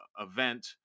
event